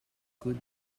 good